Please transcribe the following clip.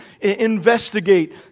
investigate